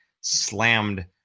slammed